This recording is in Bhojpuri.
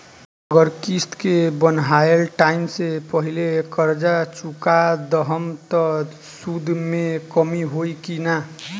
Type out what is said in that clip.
अगर किश्त के बनहाएल टाइम से पहिले कर्जा चुका दहम त सूद मे कमी होई की ना?